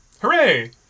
hooray